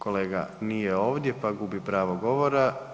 Kolega nije ovdje pa gubi pravo govora.